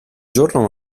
giorno